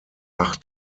acht